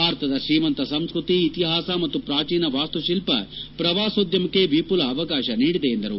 ಭಾರತದ ಶ್ರೀಮಂತ ಸಂಸ್ಟತಿ ಇತಿಹಾಸ ಮತ್ತು ಪೂಚೀನ ವಾಸ್ತುಶಿಲ್ಪ ಪ್ರವಾಸೋದ್ಯಮಕ್ಕೆ ವಿಮಲ ಅವಕಾಶ ನೀಡಿದೆ ಎಂದರು